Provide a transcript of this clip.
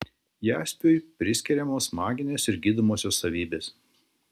jaspiui priskiriamos maginės ir gydomosios savybės